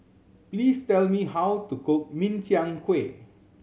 please tell me how to cook Min Chiang Kueh